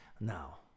Now